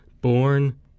Born